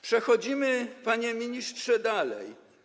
Przechodzimy, panie ministrze, dalej.